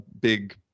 big